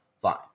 fine